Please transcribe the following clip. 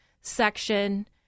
section